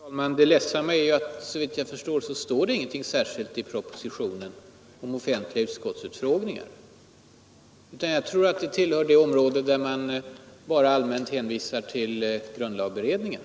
Herr talman! Det ledsamma är, såvitt jag förstår, att det inte står någonting särskilt i propositionen om offentliga utskottsutfrågningar. Jag tror det tillhör det område där man bara allmänt hänvisar till grundlagberedningen.